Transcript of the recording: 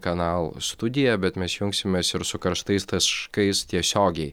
kanalo studija bet mes jungsimės ir su karštais taškais tiesiogiai